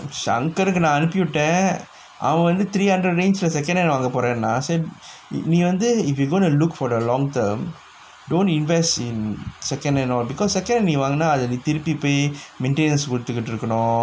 sangkar ருக்கு நா அனுப்பிவிட்ட அவ வந்து:ruku naa anuppivitta ava vanthu three hundred range leh secondhand வாங்க போரேனா நீ வந்து:vaanga poraenaa nee vanthu if you gonna look for the long term don't invest in secondary hand all because secondary நீ வாங்குனா அத நீ திருப்பி போய்:nee vangunaa atha nee tiruppi poi maintenance கொடுத்துட்டு இருக்கனோ:koduthuttu irukkano